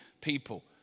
people